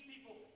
people